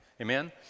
Amen